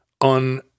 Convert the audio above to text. on